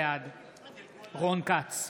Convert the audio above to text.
בעד רון כץ,